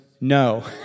no